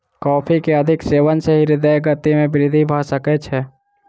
coffee के अधिक सेवन सॅ हृदय गति में वृद्धि भ सकै छै